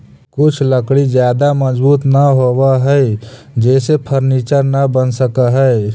कुछ लकड़ी ज्यादा मजबूत न होवऽ हइ जेसे फर्नीचर न बन सकऽ हइ